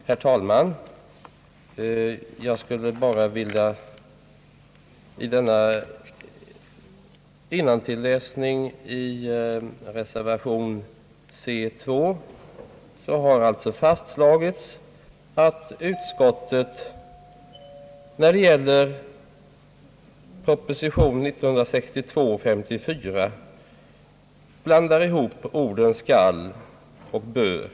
Herr talman! Jag skulle vilja komplettera den innantilläsning som här har förekommit. I reservation 2 har alltså fastslagits att reservanterna när det gäller propositionen 1962:54 blandar ihop orden »skall» och »bör».